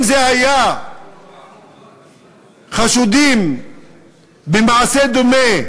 אם זה היה חשודים במעשה דומה,